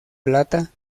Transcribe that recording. plata